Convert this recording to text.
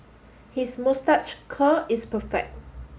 his moustache curl is perfect